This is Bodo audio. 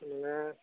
नोङो